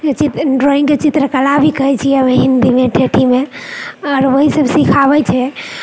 ड्रॉइंगके चित्रकला भी कहैत छियै हम हिन्दीमे ठेठहीमे आओर वहीसभ सिखाबैत छै